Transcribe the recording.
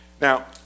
Now